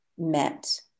met